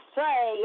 say